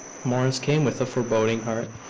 morris came, with a foreboding heart.